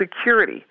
security